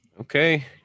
Okay